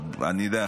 אני יודע,